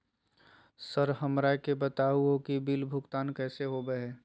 Sir हमरा के बता हो कि बिल भुगतान कैसे होबो है?